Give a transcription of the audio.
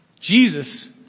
Jesus